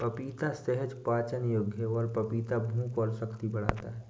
पपीता सहज पाचन योग्य है और पपीता भूख और शक्ति बढ़ाता है